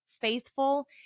faithful